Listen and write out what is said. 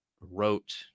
wrote